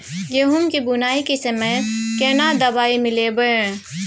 गहूम के बुनाई के समय केना दवाई मिलैबे?